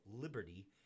Liberty